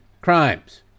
crimes